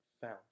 found